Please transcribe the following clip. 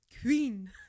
Queen